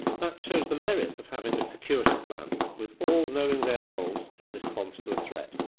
that shows the merits of having a security plan with all knowing their roles in response to a threat.